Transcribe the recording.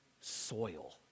soil